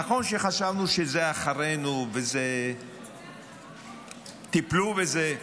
נכון שחשבנו שזה מאחורינו ושטיפלו בזה,